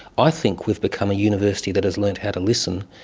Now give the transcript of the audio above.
i think we've become a university that has learnt how to listen,